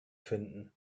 finden